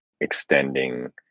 extending